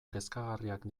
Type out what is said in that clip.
kezkagarriak